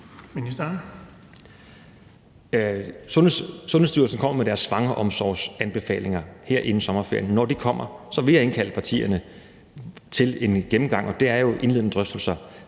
Sundhedsstyrelsen kommer med deres svangreomsorgsanbefalinger her inden sommerferien, og når de er kommet, vil jeg indkalde partierne til en gennemgang, og det er jo indledende drøftelser.